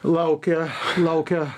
laukia laukia